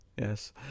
Yes